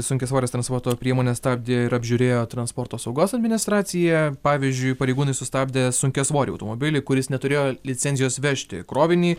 sunkiasvores transporto priemones stabdė ir apžiūrėjo transporto saugos administracija pavyzdžiui pareigūnai sustabdė sunkiasvorį automobilį kuris neturėjo licencijos vežti krovinį